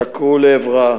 צעקו לעברה: